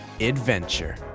adventure